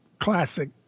classic